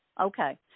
Okay